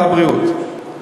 לבריאות.